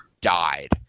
died